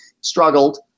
struggled